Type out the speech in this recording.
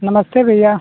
नमस्ते भैया